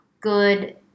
good